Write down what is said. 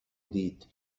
دید